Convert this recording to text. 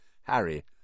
Harry